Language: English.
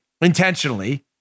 intentionally